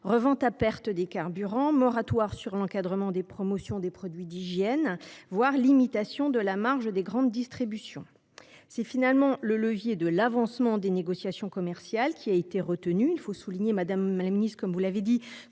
revente à perte des carburants, moratoire sur l’encadrement des promotions des produits d’hygiène, voire limitation des marges de la grande distribution. C’est finalement le levier de l’avancement des négociations commerciales qui a été retenu. Il faut souligner que ce sujet a souvent